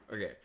Okay